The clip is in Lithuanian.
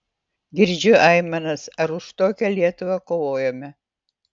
girdžiu aimanas ar už tokią lietuvą kovojome